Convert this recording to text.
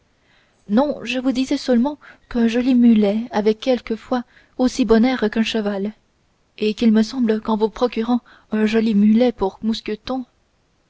non je vous disais seulement qu'un joli mulet avait quelquefois aussi bon air qu'un cheval et qu'il me semble qu'en vous procurant un joli mulet pour mousqueton